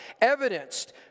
evidenced